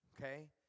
okay